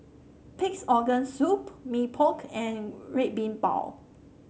Pig's Organ Soup Mee Pok and Red Bean Bao